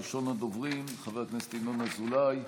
ראשון הדוברים, חבר הכנסת ינון אזולאי,